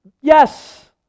Yes